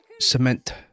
cement